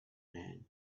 man